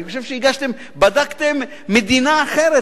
אני חושב שבדקתם מדינה אחרת,